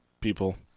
people